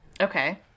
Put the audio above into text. Okay